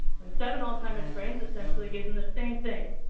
when seven alzheimer's brains essentially gave him the same thing,